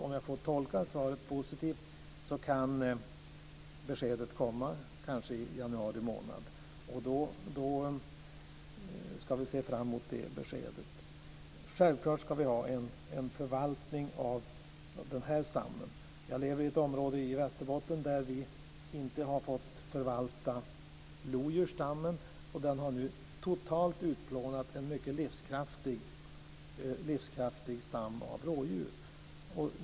Om jag får tolka svaret positivt kan beskedet kanske komma i januari månad, och det beskedet ska vi se fram mot. Det är självklart att vi ska ha en förvaltning av den här stammen. Jag lever i ett område i Västerbotten där vi inte har fått förvalta lodjursstammen, och den har nu totalt utplånat en mycket livskraftig stam av rådjur.